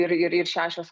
ir ir ir šešios